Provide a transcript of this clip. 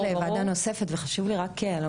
אני חייבת לצאת לוועדה נוספת וחשוב לי רק לומר,